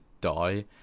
die